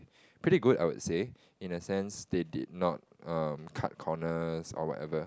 pretty good I would say in a sense they did not um cut corners or whatever